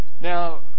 Now